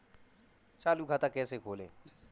चालू खाता कैसे खोलें?